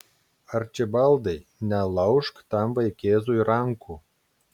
arčibaldai nelaužk tam vaikėzui rankų